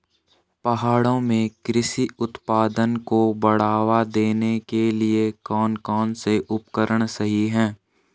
पहाड़ों में कृषि उत्पादन को बढ़ावा देने के लिए कौन कौन से उपकरण सही हैं?